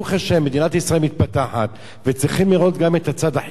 מדינת ישראל מתפתחת וצריכים לראות גם את הצד החיובי.